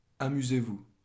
amusez-vous